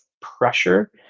pressure